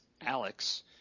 Alex